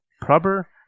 proper